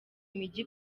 mijyi